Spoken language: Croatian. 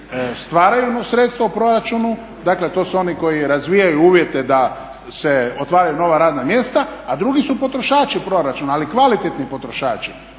stvaraju sredstva u proračunu, dakle to su oni koji razvijaju uvjete da se otvaraju nova radna mjesta, a drugi su potrošači proračuna, ali kvalitetni potrošači.